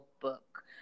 book